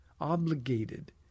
obligated